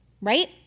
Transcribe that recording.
right